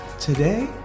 Today